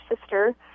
sister